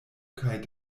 kaj